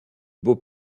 beau